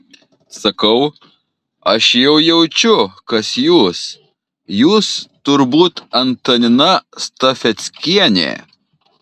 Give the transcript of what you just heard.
sakau aš jau jaučiu kas jūs jūs turbūt antanina stafeckienė